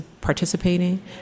participating